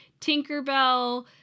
Tinkerbell